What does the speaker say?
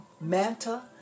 Manta